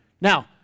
Now